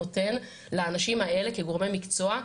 נותן לאנשים האלה כגורמי מקצוע,